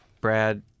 Brad